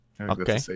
Okay